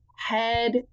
head